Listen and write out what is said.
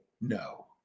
no